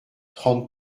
trente